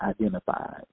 identified